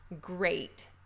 great